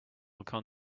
actual